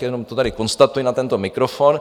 Jenom to tady konstatuji na tento mikrofon.